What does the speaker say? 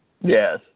Yes